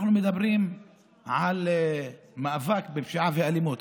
אנחנו מדברים על מאבק בפשיעה ובאלימות,